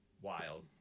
wild